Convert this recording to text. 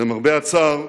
למרבה הצער,